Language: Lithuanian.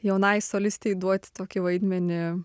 jaunai solistei duoti tokį vaidmenį